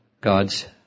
God's